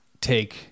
take